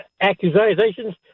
accusations